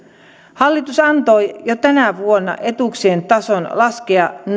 hallitus antoi jo tänä vuonna etuuksien tason laskea